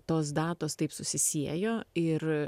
tos datos taip susisiejo ir